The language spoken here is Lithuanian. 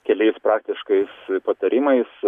keliais praktiškais patarimais